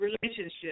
relationship